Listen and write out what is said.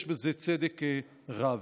יש בזה צדק רב.